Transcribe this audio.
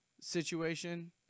situation